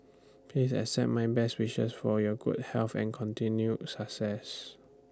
please accept my best wishes for your good health and continued success